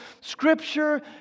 Scripture